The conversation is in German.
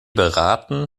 beraten